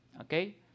Okay